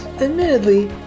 admittedly